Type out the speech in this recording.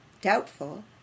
doubtful